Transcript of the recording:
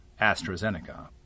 AstraZeneca